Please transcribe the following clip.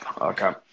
Okay